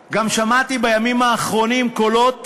גם שמעתי בימים האחרונים קולות